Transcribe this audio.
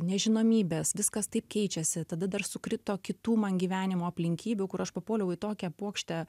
nežinomybės viskas taip keičiasi tada dar sukrito kitų man gyvenimo aplinkybių kur aš papuoliau į tokią puokštę